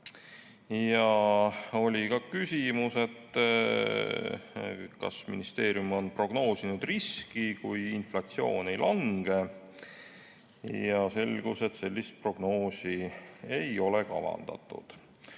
Oli ka küsimus, kas ministeerium on prognoosinud riski, kui inflatsioon ei lange, ja selgus, et sellist prognoosi ei ole kavandatud.